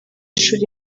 nshuro